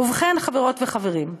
ובכן, חברות וחברים,